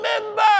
remember